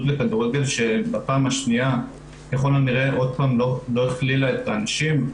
לכדורגל שבפעם השניה ככל הנראה עוד פעם לא הכלילה את הנשים,